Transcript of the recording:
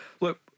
look